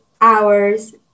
hours